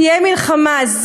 תהיה מלחמה,